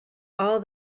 all